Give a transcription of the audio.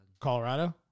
Colorado